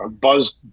Buzz